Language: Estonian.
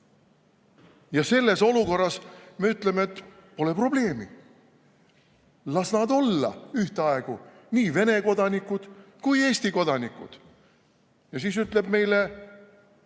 Ja selles olukorras me ütleme, et pole probleemi, las nad olla ühtaegu nii Vene kodanikud kui Eesti kodanikud. Ja siis ütleb meile